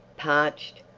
parched,